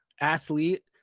athlete